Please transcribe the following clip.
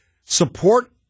support –